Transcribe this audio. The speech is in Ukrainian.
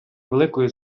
великої